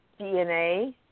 DNA